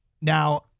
Now